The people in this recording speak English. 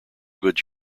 goods